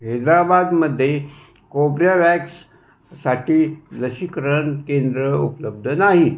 हेद्राबादमध्ये कोबऱ्यावॅक्ससाठी लसीकरण केंद्रे उपलब्ध नाहीत